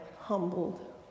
humbled